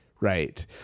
right